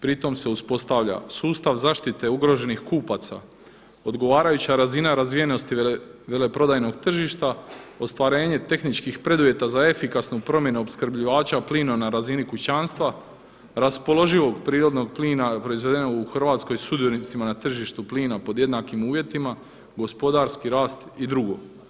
Pritom se uspostavlja sustav zaštite ugroženih kupaca, odgovarajuća razina razvijenosti veleprodajnog tržišta, ostvarenje tehničkih preduvjeta za efikasnu promjenu opskrbljivača plina na razini kućanstva, raspoloživog prirodnog plina proizvedenog u Hrvatskoj sudionicima na tržištu plina pod jednakim uvjetima, gospodarski rast i drugo.